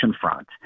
front